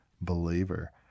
believer